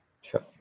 Sure